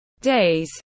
days